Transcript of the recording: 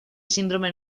síndrome